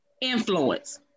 influence